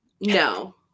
no